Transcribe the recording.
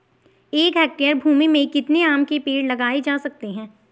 एक हेक्टेयर भूमि में कितने आम के पेड़ लगाए जा सकते हैं?